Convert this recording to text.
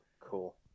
Cool